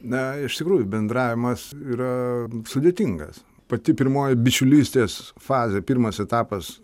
na iš tikrųjų bendravimas yra sudėtingas pati pirmoji bičiulystės fazė pirmas etapas